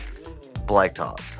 Blacktops